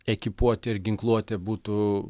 ekipuotė ir ginkluotė būtų